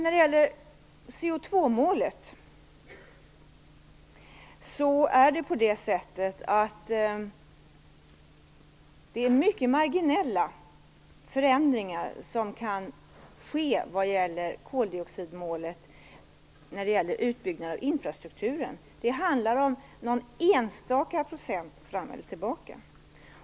Vad gäller koldioxidmålet kan utbyggnaden av infrastrukturen endast leda till mycket marginella förändringar. Det handlar om någon enstaka procent fram eller tillbaka.